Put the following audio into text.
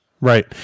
Right